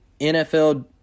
NFL